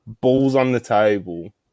balls-on-the-table